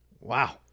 Wow